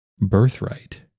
birthright